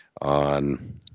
on